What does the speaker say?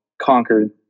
conquered